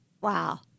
Wow